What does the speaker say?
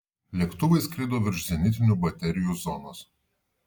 lėktuvai skrido virš zenitinių baterijų zonos